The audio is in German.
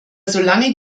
solange